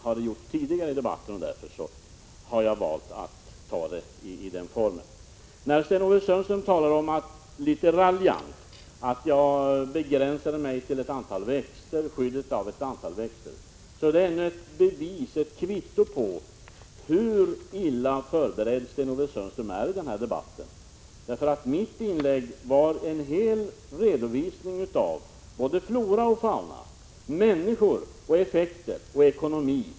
När Sten-Ove Sundström litet raljant talar om att jag hade begränsat mig till skyddet av ett antal växter är det ännu ett kvitto på hur illa förberedd Sten-Ove Sundström är i den här debatten. Mitt inlägg innehöll nämligen en fullständig redovisning då det gäller Råneälvsfrågan — flora och fauna, människor, effekter och ekonomi.